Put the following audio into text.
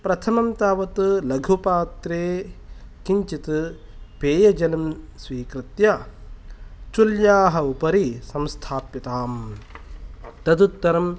प्रथमं तावत् लघुपात्रे किञ्चित् पेयजलं स्वीकृत्य चुल्याः उपरि संस्थाप्यतां तदुत्तरम्